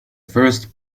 first